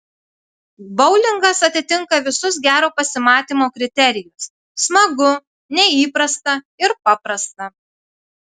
boulingas atitinka visus gero pasimatymo kriterijus smagu neįprasta ir paprasta